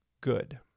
good